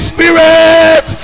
Spirit